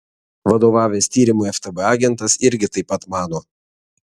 vadovavęs tyrimui ftb agentas irgi taip pat mano